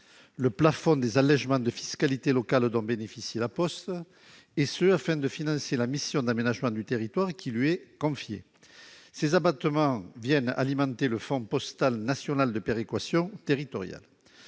le plafond des allégements de fiscalité locale dont bénéficie La Poste afin de financer la mission d'aménagement du territoire qui lui est confiée. Ces abattements viennent alimenter le Fonds postal national de péréquation territoriale.